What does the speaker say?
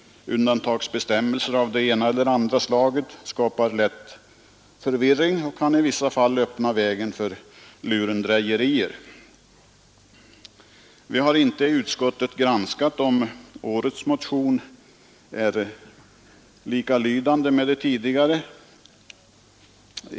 Undantagsbestämmelser av det ena eller andra slaget skapar lätt förvirring och kan i vissa fall öppna vägen för lurendrejerier. Vi har inte i utskottet granskat om årets motion är likalydande med tidigare.